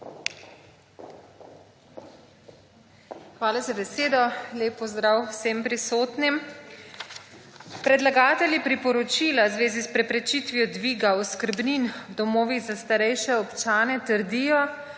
Hvala za besedo. Lep pozdrav vsem prisotnim! Predlagatelji priporočila v zvezi s preprečitvijo dviga oskrbnin v domovih za starejše občane trdijo,